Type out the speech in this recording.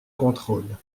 contrôle